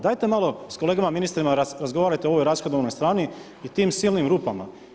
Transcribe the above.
Dajte malo, s kolegama ministrima razgovarajte o ovoj rashodovnoj strani i tim silnim rupama.